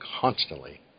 constantly